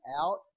out